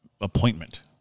appointment